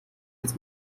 uns